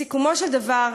בסיכומו של דבר,